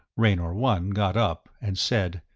raynor one got up and said,